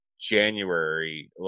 January